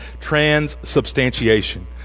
transubstantiation